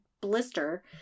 blister